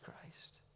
Christ